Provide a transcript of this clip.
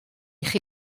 chi